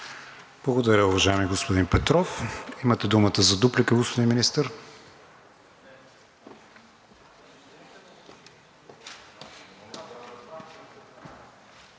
Благодаря, уважаеми господин Петров. Имате думата за дуплика, господин Министър.